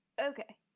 okay